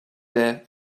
there